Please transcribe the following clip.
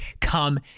come